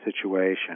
situation